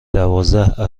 دوازده